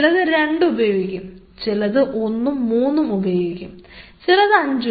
ചിലത് 2 ഉപയോഗിക്കുംചിലത് 13 ഉപയോഗിക്കും ചിലത് 5